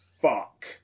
fuck